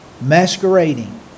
masquerading